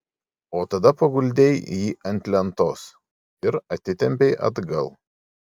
o tada paguldei jį ant lentos ir atitempei atgal